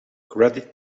credit